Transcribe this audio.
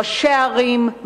ראשי ערים,